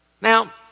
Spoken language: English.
Now